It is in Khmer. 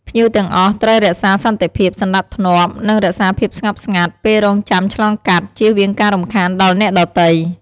ភ្ញៀវទាំងអស់ត្រូវរក្សាសន្តិភាព សណ្តាប់ធ្នាប់ និងរក្សាភាពស្ងប់ស្ងាត់ ពេលរង់ចាំឆ្លងកាត់ ជៀសវាងការរំខានដល់អ្នកដទៃ។